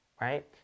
right